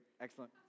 excellent